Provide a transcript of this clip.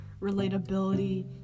relatability